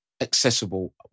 accessible